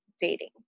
dating